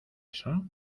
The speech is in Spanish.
eso